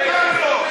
תתבייש לך.